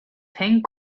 thing